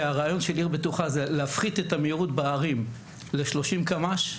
שהרעיון של עיר בטוחה זה להפחית את המהירות בערים ל-30 קמ"ש.